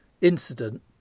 incident